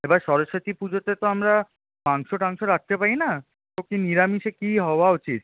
এবার সরস্বতী পুজোতে তো আমরা মাংস টাংস রাখতে পারি না তো কি নিরামিষে কি হওয়া উচিৎ